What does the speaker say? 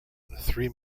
three